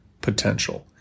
potential